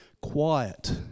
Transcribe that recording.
quiet